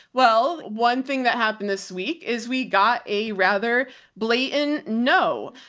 well, one thing that happened this week is we got a rather blatant, no,